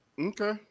Okay